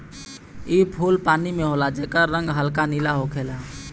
इ फूल पानी में होला जेकर रंग हल्का नीला होखेला